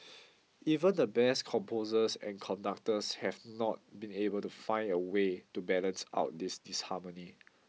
even the best composers and conductors have not been able to find a way to balance out this disharmony